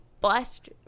blessed